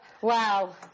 Wow